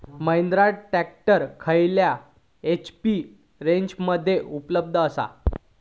Mahindra tractor खयल्या HP रेंजमध्ये उपलब्ध आसा?